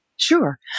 Sure